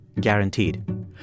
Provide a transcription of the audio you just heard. guaranteed